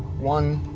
one,